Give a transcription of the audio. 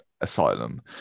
Asylum